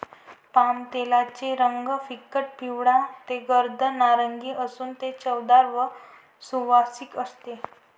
पामतेलाचा रंग फिकट पिवळा ते गर्द नारिंगी असून ते चवदार व सुवासिक असते